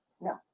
no